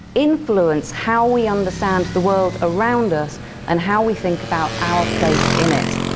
influence how we understand the world around us and how we think about our place in it.